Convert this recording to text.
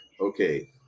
Okay